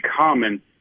common